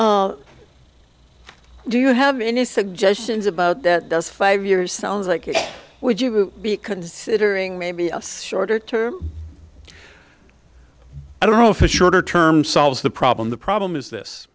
n do you have any suggestions about that does five years sounds like it would you be considering maybe a shorter term i don't know if the shorter term solves the problem the problem is this